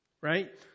right